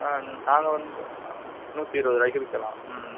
நாங்கள் வந்து நூற்றி இருபது ரூபாய்க்கி விற்கலாம் ம்